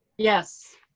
yes.